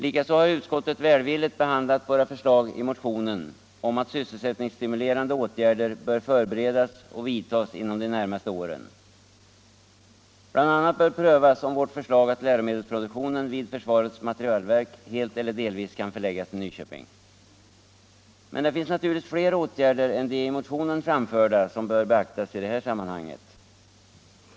Likaså har utskottet välvilligt behandlat våra förslag i motionen att sysselsättningsstimulerande åtgärder bör förberedas och vidtas inom de närmaste åren. Bl. a. bör prövas om läromedelsproduktionen vid försvarets materielverk helt eller delvis kan förläggas till Nyköping, såsom vi har föreslagit. Men det finns naturligtvis fler åtgärder än de i motionen föreslagna som bör beaktas i det här sammanhanget.